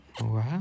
Wow